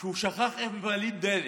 שהוא שכח איך ממלאים דלק,